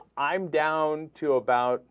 i'm down to about